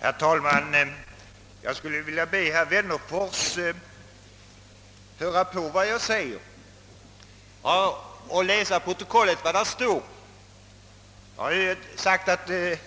Herr talman! Jag skulle vilja be herr Wennerfors att höra på vad jag säger eller att läsa vad som står i protokollet. Jag har sagt att den